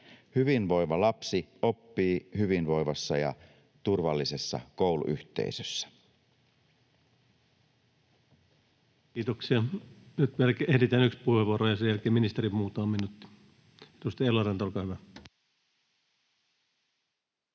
Hyvinvoiva lapsi oppii hyvinvoivassa ja turvallisessa kouluyhteisössä. Kiitoksia. — Nyt ehditään ottaa yksi puheenvuoro, ja sen jälkeen ministeri, muutama minuutti. — Edustaja Eloranta, olkaa hyvä.